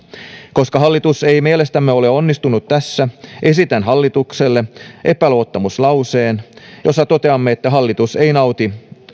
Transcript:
koska hallitus ei mielestämme ole onnistunut tässä esitän hallitukselle epäluottamuslauseen jossa toteamme että hallitus ei nauti